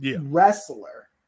wrestler